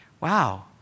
Wow